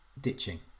ditching